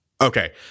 Okay